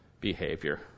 behavior